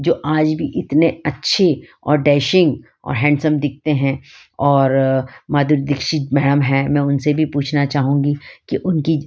जो आज भी इतने अच्छे और डैशिंग और हैण्डसम दिखते हैं और माधुरी दीक्षित मैडम हैं मैं उनसे भी पूछना चाहूँगी कि उनकी